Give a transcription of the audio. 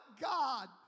God